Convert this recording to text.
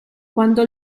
quando